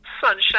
sunshine